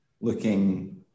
looking